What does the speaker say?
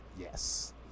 Yes